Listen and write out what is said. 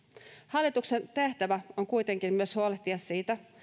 hallituksen tehtävä on kuitenkin myös huolehtia siitä